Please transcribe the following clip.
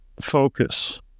focus